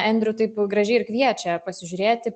endriu taip gražiai ir kviečia pasižiūrėti